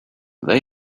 they